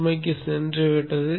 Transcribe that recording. சுமைக்கு சென்றுவிட்டது